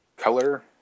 Color